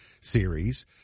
series